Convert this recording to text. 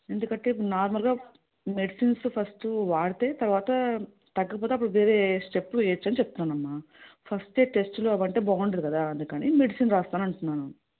ఎందుకంటే ఇప్పుడు నార్మల్గా మెడిసిన్స్ ఫస్ట్ వాడితే తరువాత తగ్గకపోతే అప్పుడు వేరే స్టెప్ వేయచ్చని చెప్తున్నాను అమ్మ ఫస్టే టెస్టులు అవి అంటే బాగుండదు కదా అందుకని మెడిసిన్ రాస్తాను అంటున్నాను